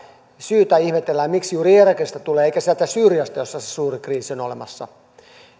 syytä ihmetellään miksi juuri irakista tulee eikä sieltä syyriasta missä se suurin kriisi on olemassa